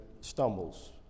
stumbles